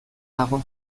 dago